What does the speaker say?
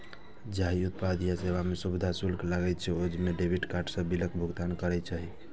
जाहि उत्पाद या सेवा मे सुविधा शुल्क लागै छै, ओइ मे डेबिट कार्ड सं बिलक भुगतान करक चाही